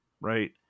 right